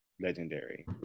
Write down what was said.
legendary